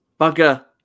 Bugger